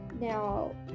Now